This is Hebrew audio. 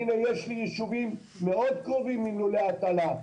יש לי יישובים מאוד קרובים עם לולי הטלה,